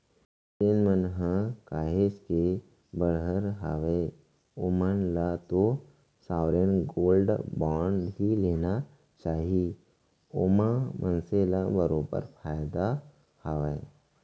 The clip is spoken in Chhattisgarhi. जेन मन ह काहेच के बड़हर हावय ओमन ल तो साँवरेन गोल्ड बांड ही लेना चाही ओमा मनसे ल बरोबर फायदा हावय